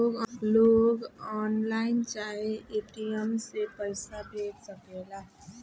लोग ऑनलाइन चाहे ए.टी.एम से पईसा भेज सकेला